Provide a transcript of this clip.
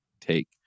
take